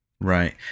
Right